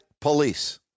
police